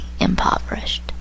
impoverished